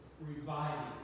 reviving